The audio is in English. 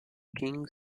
king